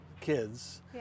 kids